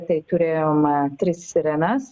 tai turėjom tris sirenas